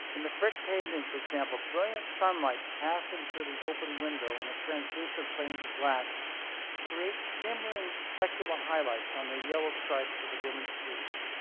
in the frick painting, for example, brilliant sunlight passing through the open window and the translucent panes of glass creates shimmering specular highlights on the yellow stripes of the woman's sleeves.